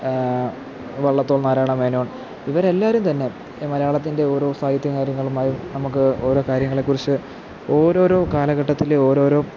വള്ളത്തോൾ നാരായണമേനോൻ ഇവരെല്ലാവരും തന്നെ മലയാളത്തിൻ്റെ ഓരോ സാഹിത്യകാര്യങ്ങളുമായി നമുക്ക് ഓരോ കാര്യങ്ങളെക്കുറിച്ച് ഓരോരോ കാലഘട്ടത്തിലെ ഓരോരോ